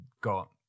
got